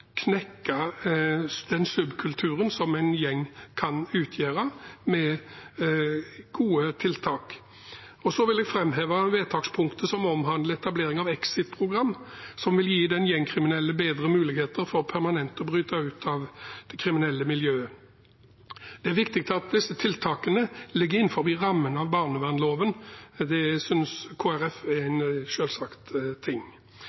knekke den subkulturen som en gjeng kan utgjøre, med gode tiltak. Så vil jeg framheve vedtakspunktet som omhandler etableringen av exit-program, som vil gi den gjengkriminelle bedre muligheter for permanent å bryte ut av det kriminelle miljøet. Det er viktig at disse tiltakene ligger innenfor rammene av barnevernloven. Det synes Kristelig Folkeparti er en selvsagt ting.